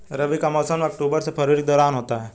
रबी का मौसम अक्टूबर से फरवरी के दौरान होता है